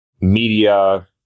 media